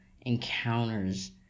encounters